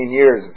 years